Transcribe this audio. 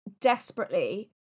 desperately